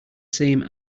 same